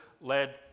led